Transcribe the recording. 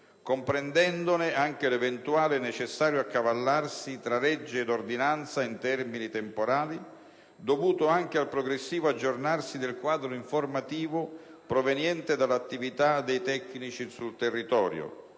comprendendone anche l'eventuale necessario accavallarsi tra legge ed ordinanza in termini temporali, dovuto anche al progressivo aggiornarsi del quadro informativo proveniente dall'attività dei tecnici sul territorio.